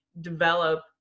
develop